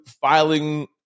filing